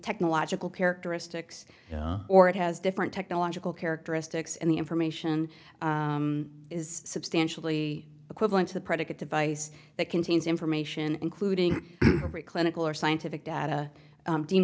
technological characteristics or it has different technological characteristics and the information is substantially equivalent to the predicate device that contains information including a clinical or scientific data